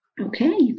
Okay